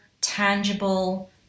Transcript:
tangible